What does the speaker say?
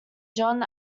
john